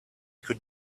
could